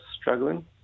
struggling